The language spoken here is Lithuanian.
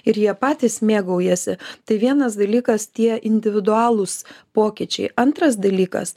ir jie patys mėgaujasi tai vienas dalykas tie individualūs pokyčiai antras dalykas